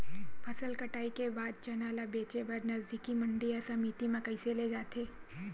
फसल कटाई के बाद चना ला बेचे बर नजदीकी मंडी या समिति मा कइसे ले जाथे?